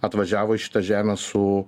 atvažiavo į šitą žemę su